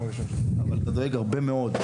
אבל אתה דואג הרבה מאוד,